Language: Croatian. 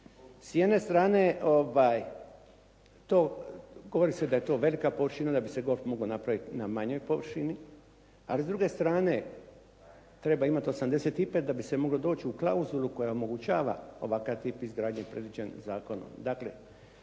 S jedne strane govori se da je to velika površina, da bi se golf mogao napraviti na manjoj površini, ali s druge strane treba imati 85 da bi se moglo doći u klauzulu koja omogućava ovakav tip izgradnje predviđen zakonom.